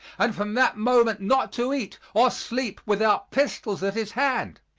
and from that moment not to eat or sleep without pistols at his hand.